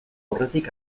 aurretik